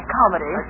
comedy